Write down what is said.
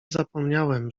zapomniałem